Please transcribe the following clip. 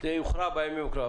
זה יוכרע בימים הקרובים.